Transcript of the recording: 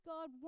God